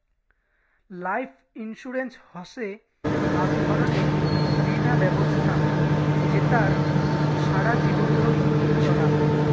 life insurance হসে আক ধরণের বীমা ব্যবছস্থা জেতার সারা জীবন ধরি চলাঙ